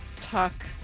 talk